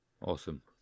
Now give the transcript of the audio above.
awesome